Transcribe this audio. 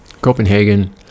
Copenhagen